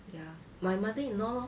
ya my mother-in-law